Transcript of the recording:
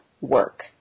Work